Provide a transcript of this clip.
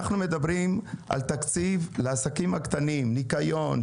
אנחנו מדברים על תקציב לעסקים קטנים כמו: ניקיון,